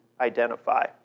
identify